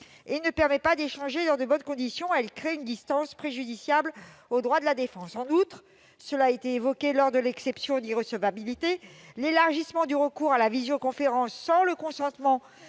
et ne permet pas d'échanger dans de bonnes conditions. Elle crée une distance préjudiciable aux droits de la défense. En outre- cela a été évoqué lors de la défense de la motion tendant à opposer l'exception d'irrecevabilité -, l'élargissement du recours à la visioconférence sans le consentement